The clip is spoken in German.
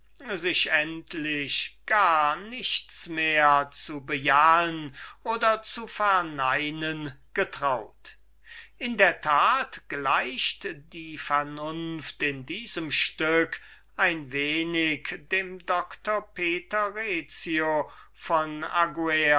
sich endlich gar nichts mehr zu bejahen oder zu verneinen getraut in der tat gleicht die vernunft in diesem stück ein wenig dem doktor peter rezio von